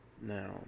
Now